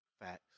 Facts